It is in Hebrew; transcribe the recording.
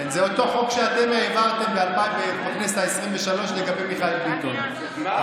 זה אותו חוק שאתם העברתם בכנסת העשרים-ושלוש לגבי מיכאל ביטון,